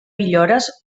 villores